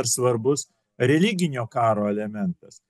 svarbus religinio karo elementas